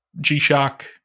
G-Shock